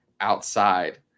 outside